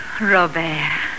Robert